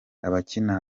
abakina